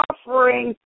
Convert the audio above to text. offering